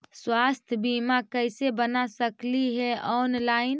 स्वास्थ्य बीमा कैसे बना सकली हे ऑनलाइन?